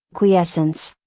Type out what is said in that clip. quiescence,